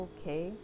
Okay